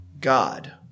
God